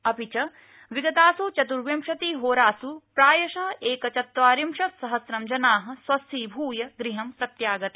अपि च विगतासु चतुर्विशतिहोरासु प्रायश एकचत्वारिशत्सहस्रं जना स्वस्थीभूय गृहं प्रत्यागता